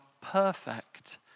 perfect